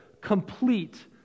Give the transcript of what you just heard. complete